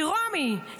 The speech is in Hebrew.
מרומי,